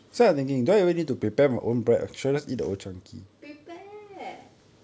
prepare